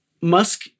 Musk